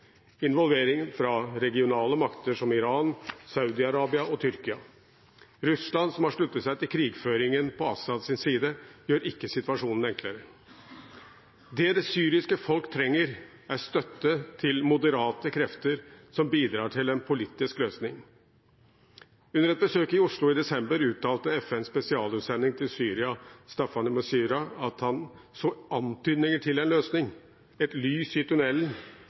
Involvering fra regionale makter som Iran, Saudi-Arabia og Tyrkia – og Russland, som har sluttet seg til krigføringen på Assads side – gjør ikke situasjonen noe enklere. Det det syriske folk trenger, er støtte til moderate krefter som bidrar til en politisk løsning. Under et besøk i Oslo i desember uttalte FNs spesialutsending til Syria, Staffan de Mistura, at han så antydninger til en løsning, et lys i